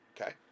okay